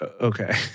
Okay